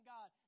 God